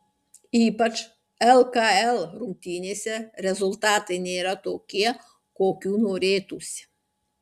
ypač lkl rungtynėse rezultatai nėra tokie kokių norėtųsi